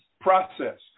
process